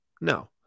No